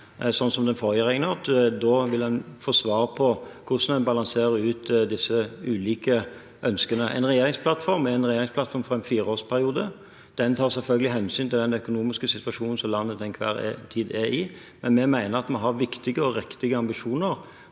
regjeringen har gjort. Da vil en få svar på hvordan en balanserer ut disse ulike ønskene. En regjeringsplattform er en regjeringsplattform for en fireårsperiode. Den tar selvfølgelig hensyn til den økonomiske situasjonen som landet til enhver tid er i, men vi mener at vi har viktige og riktige ambisjoner